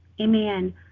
amen